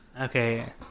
Okay